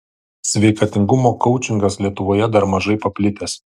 sveikatingumo koučingas lietuvoje dar mažai paplitęs